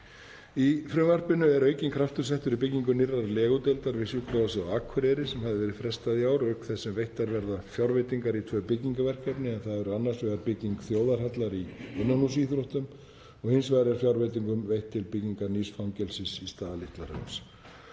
Í frumvarpinu er aukinn kraftur settur í byggingu nýrrar legudeildar við Sjúkrahúsið á Akureyri sem hafði verið frestað í ár. Auk þess verða veittar fjárveitingar í tvö byggingarverkefni en það er annars vegar bygging þjóðarhallar í innanhússíþróttum og hins vegar er fjárveiting veitt til byggingar nýs fangelsis í stað Litla-Hrauns.